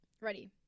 Ready